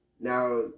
Now